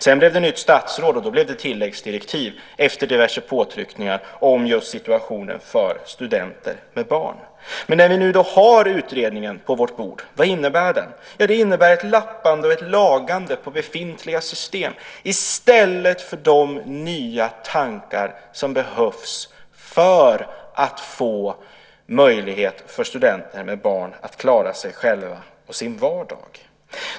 Sedan blev det nytt statsråd och då blev det tilläggsdirektiv efter diverse påtryckningar om just situationen för studenter med barn. Men nu har vi utredningen på vårt bord. Vad innebär den då? Jo, den innebär ett lappande och ett lagande av befintliga system i stället för de nya tankar som behövs för att få möjlighet för studenter med barn att klara sig själva och sin vardag.